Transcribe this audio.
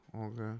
okay